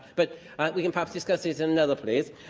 but we can perhaps discuss this in another place.